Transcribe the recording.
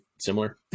similar